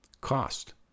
Cost